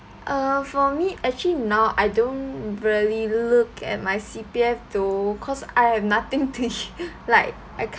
uh for me actually now I don't really look at my C_P_F though cause I have nothing to like I can't